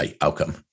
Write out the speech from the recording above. outcome